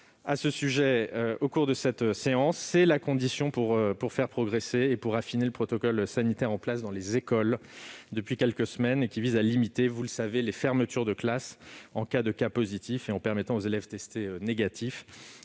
à ce sujet au cours de cette séance. C'est la condition pour faire progresser et pour affiner le protocole sanitaire en place dans les écoles depuis quelques semaines, lequel vise à limiter, vous le savez, les fermetures de classes dans l'hypothèse où un ou plusieurs cas positifs